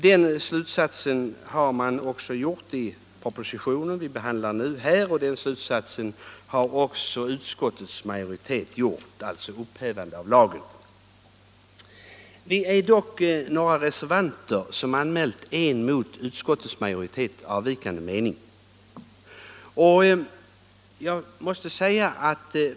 Den slutsatsen har också dragits i den proposition vi nu behandlar, och utskottets majoritet har gått på ett upphävande av lagen. Vi är dock några reservanter som anmält en mot utskottsmajoriteten avvikande mening.